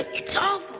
it's awful.